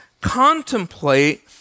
contemplate